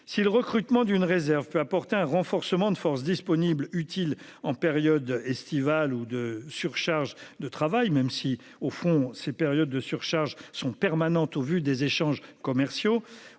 si le recrutement d'une réserve peut apporter un renforcement de forces disponible utile en période estivale ou de surcharge de travail, même si au fond ces périodes de surcharge sont permanentes au vu des échanges commerciaux